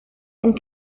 and